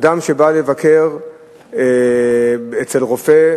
אדם שבא לבקר אצל רופא,